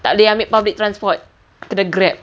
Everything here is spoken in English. tak boleh public transport kena grab